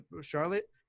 Charlotte